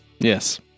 Yes